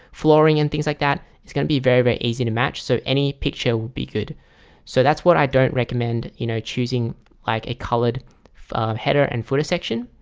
flooring and things like that it's gonna be very very easy to match. so any picture would be good so that's what i don't recommend, you know choosing like a colored header and footer section.